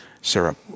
syrup